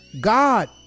God